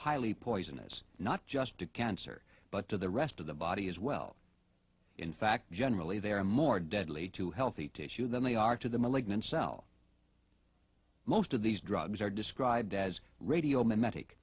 highly poisonous not just to cancer but to the rest of the body as well in fact generally they are more deadly to healthy tissue than they are to the malignant cell most of these drugs are described as radio me